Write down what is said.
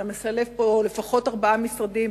אלא משלב פה לפחות ארבעה משרדים,